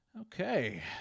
Okay